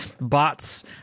bots